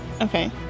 Okay